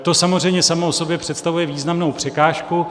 To samozřejmě samo o sobě představuje významnou překážku.